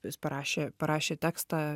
jis parašė parašė tekstą